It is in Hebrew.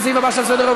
לסעיף הבא על סדר-היום,